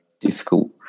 difficult